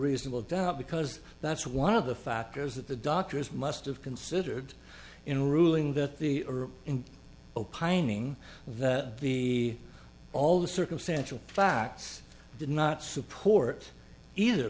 reasonable doubt because that's one of the factors that the doctors must have considered in ruling that the or in opining that the all the circumstantial facts did not support either